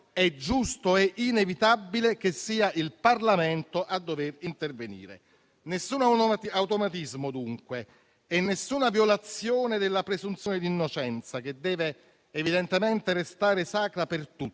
è giusto e inevitabile che sia il Parlamento a dover intervenire. Nessun automatismo, dunque, e nessuna violazione della presunzione di innocenza, che deve evidentemente restare sacra per tutti,